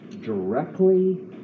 directly